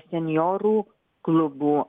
senjorų klubų